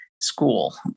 school